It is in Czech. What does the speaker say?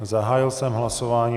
Zahájil jsem hlasování.